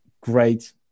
great